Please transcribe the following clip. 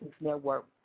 Network